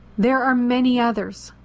there are many others.